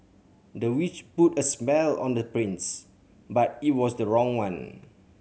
the witch put a spell on the prince but it was the wrong one